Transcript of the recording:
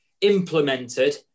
implemented